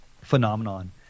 phenomenon